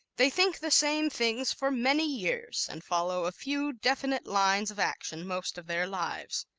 they think the same things for many years and follow a few definite lines of action most of their lives.